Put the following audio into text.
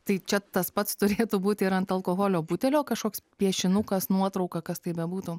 tai čia tas pats turėtų būt ir ant alkoholio butelio kažkoks piešinukas nuotrauka kas tai bebūtų